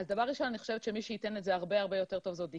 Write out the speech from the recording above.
אני חושבת שמי שייתן על זה הרבה יותר טוב זאת מרב.